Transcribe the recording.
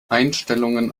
einstellungen